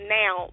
now